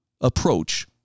approach